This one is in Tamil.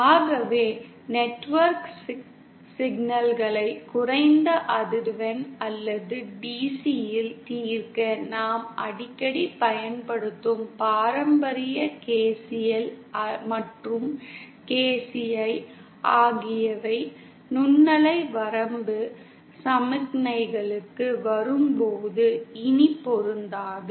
ஆகவே நெட்வொர்க் சிக்கல்களை குறைந்த அதிர்வெண் அல்லது DC யில் தீர்க்க நாம் அடிக்கடி பயன்படுத்தும் பாரம்பரிய KCI மற்றும் KCL ஆகியவை நுண்ணலை வரம்பு சமிக்ஞைகளுக்கு வரும்போது இனி பொருந்தாது